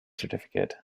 certificate